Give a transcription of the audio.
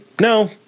no